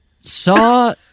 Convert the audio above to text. Saw